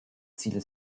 ziele